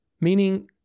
Meaning